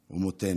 אומתנו.